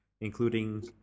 including